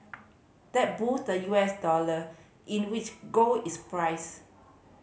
that boosted the U S dollar in which gold is priced